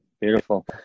Beautiful